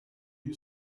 you